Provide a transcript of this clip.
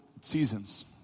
seasons